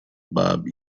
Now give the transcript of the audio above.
bob